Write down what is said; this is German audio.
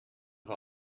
war